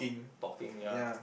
talking ya